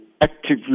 actively